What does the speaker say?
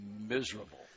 miserable